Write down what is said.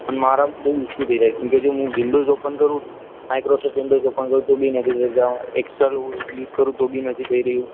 અને મારામાં બહુ ઇસ્યુ થઇ રહ્યા છે કેમકે જો હું વિન્ડોઝ ઓપન કરું તો માઇક્રોસોફ્ટ વિન્ડોઝ ઓપન કરું તો બી નથી થતું એમાં એક્સલ યુઝ કરું તો બી નથી થઇ રહ્યું